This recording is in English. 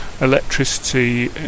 electricity